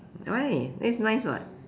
why that is nice [what]